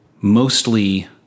mostly